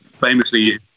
Famously